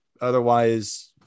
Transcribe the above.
otherwise